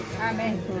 Amen